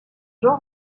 jean